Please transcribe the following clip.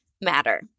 matter